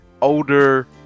older